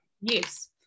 yes